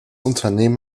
unternehmen